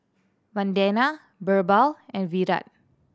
Vandana Birbal and Virat